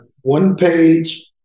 one-page